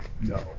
no